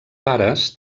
pares